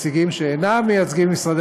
נציגים שאינם מייצגים משרדי